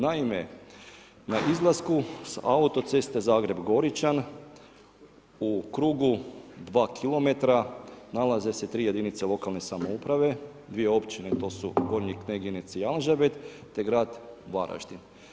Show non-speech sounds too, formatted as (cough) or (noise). Naime, na izlasku sa autoceste Zagreb-Goričan u krugu 2 kilometra nalaze se 3 jedinice lokalne samouprave, dvije općine to su Gornji Kneginec i … (unintelligible) te grad Varaždin.